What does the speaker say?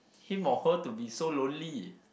him or her to be so lonely